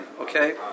okay